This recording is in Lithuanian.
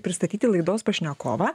pristatyti laidos pašnekovą